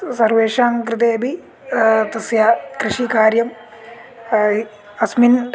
तु सर्वेषां कृतेऽपि तस्य कृषिकार्यम् अस्मिन्